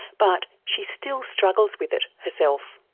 but she still struggles with it herself.